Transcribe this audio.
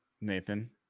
Nathan